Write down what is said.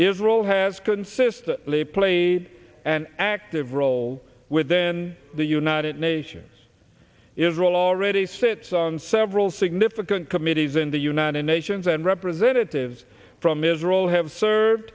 israel has consistently played an active role within the united nations israel already sits on several significant committees in the united nations and representatives from israel have served